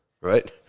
right